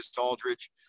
Aldridge